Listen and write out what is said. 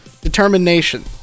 Determination